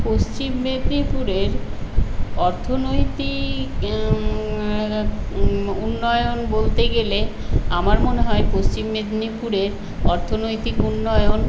পশ্চিম মেদিনীপুরের অর্থনৈতিক উন্নয়ন বলতে গেলে আমার মনে হয় পশ্চিম মেদিনীপুরের অর্থনৈতিক উন্নয়ন